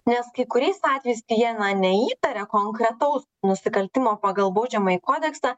nes kai kuriais atvejais jie neįtaria konkretaus nusikaltimo pagal baudžiamąjį kodeksą